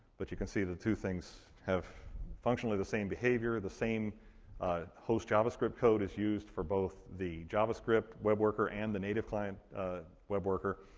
but you can see the two things have functionally the same behavior, the same host javascript code is used for both the javascript web worker and the native client web worker.